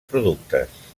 productes